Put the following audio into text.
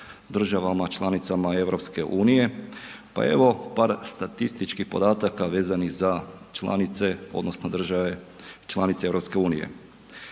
državama članicama EU pa evo par statističkih podataka vezanih za članice, odnosno države članice EU.